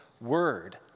Word